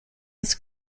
its